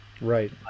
Right